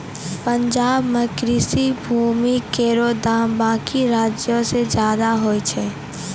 पंजाब म कृषि भूमि केरो दाम बाकी राज्यो सें जादे होय छै